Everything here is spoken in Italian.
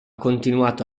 continuato